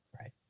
Right